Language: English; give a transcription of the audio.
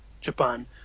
Japan